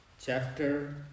Chapter